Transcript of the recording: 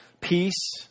peace